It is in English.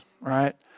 right